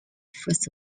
first